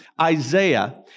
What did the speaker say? Isaiah